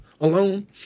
alone